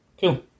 cool